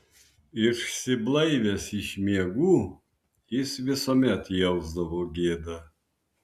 išsiblaivęs iš miegų jis visuomet jausdavo gėdą